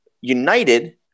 united